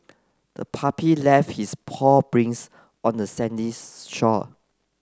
the puppy left its paw prints on the sandy shore